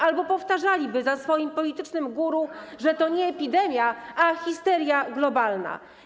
Albo powtarzaliby za swoim politycznym guru, że to nie epidemia, a histeria globalna.